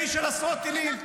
אנחנו במלחמת קיום.